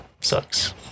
Sucks